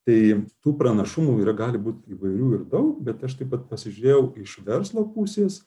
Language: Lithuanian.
tai tų pranašumų yra gali būti įvairių ir daug bet aš taip pat pasižiūrėjau iš verslo pusės